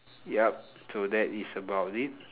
yup so that is about it